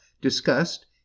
discussed